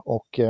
Och